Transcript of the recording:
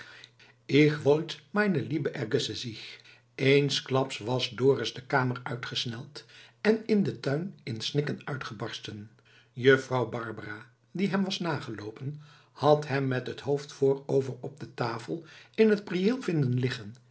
wollt meine liebe ergösse sich eensklaps was dorus de kamer uitgesneld en in den tuin in snikken uitgebarsten juffrouw barbara die hem was nageloopen had hem met het hoofd voorover op de tafel in t prieel vinden liggen